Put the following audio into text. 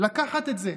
לקחת את זה.